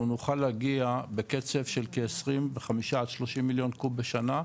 אנחנו נוכל להגיע בקצב של כ- 25 עד 30 מיליון קוב בשנה,